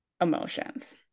emotions